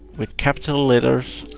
with capital letters